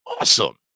awesome